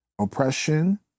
oppression